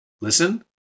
Listen